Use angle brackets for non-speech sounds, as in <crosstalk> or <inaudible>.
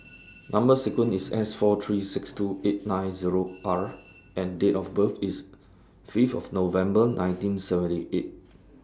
<noise> Number sequence IS S four three six two eight nine Zero <noise> R and Date of birth IS Fifth of November nineteen seventy eight